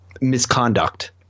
misconduct